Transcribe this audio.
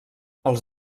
els